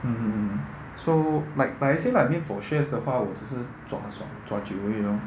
mmhmm so like like I say lah I mean for shares 的话我只是抓抓抓久一点而已 lor